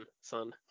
son